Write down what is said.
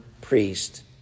priest